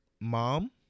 mom